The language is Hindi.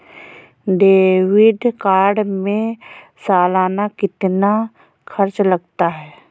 डेबिट कार्ड में सालाना कितना खर्च लगता है?